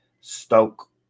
Stoke